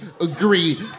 agree